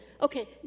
okay